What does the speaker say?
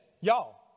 Y'all